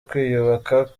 kwiyubaka